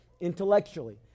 intellectually